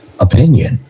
opinion